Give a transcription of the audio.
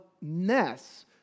mess